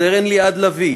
סרן ליעד לביא,